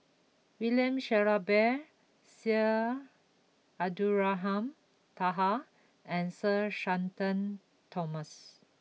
William Shellabear Syed Abdulrahman Taha and Sir Shenton Thomas